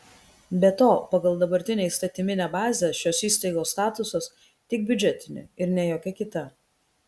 be to pagal dabartinę įstatyminę bazę šios įstaigos statusas tik biudžetinė ir ne jokia kita